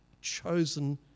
chosen